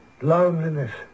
Loneliness